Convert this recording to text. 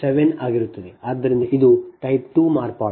ಆದ್ದರಿಂದ ಇದು type 2 ಮಾರ್ಪಾಡು